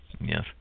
yes